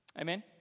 Amen